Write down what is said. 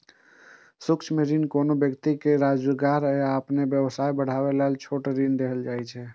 सूक्ष्म ऋण मे कोनो व्यक्ति कें स्वरोजगार या अपन व्यवसाय बढ़ाबै लेल छोट ऋण देल जाइ छै